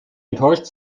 enttäuscht